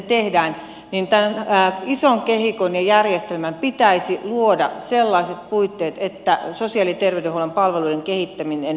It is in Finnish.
tämän ison kehikon ja järjestelmän pitäisi luoda sellaiset puitteet kaikelle sille sisällölle mitä siellä sitten tehdään että sosiaali ja terveydenhuollon palvelujen kehittäminen aidosti toteutuu